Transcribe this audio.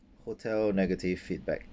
hotel negative feedback